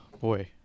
Boy